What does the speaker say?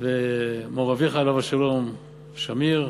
ומו"ר אביך, עליו השלום, שמיר,